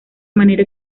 manera